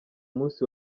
musi